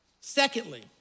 Secondly